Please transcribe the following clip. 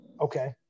Okay